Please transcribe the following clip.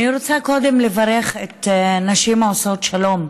אני רוצה קודם לברך את נשים עושות שלום,